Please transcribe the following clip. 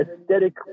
aesthetic